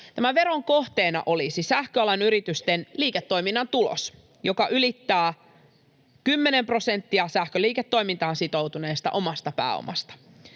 Tämän veron kohteena olisi sähköalan yritysten liiketoiminnan tulos, joka ylittää 10 prosenttia sähköliiketoimintaan sitoutuneesta omasta pääomasta.